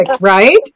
right